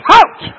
out